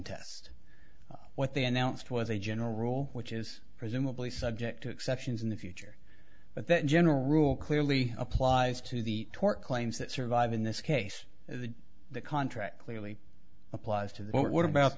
test what they announced was a general rule which is presumably subject to exceptions in the future but the general rule clearly applies to the tort claims that survive in this case the contract clearly applies to the what about